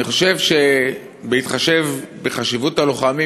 אני חושב שבהתחשב בחשיבות הלוחמים,